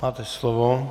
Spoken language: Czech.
Máte slovo.